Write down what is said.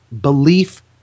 belief